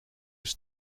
eens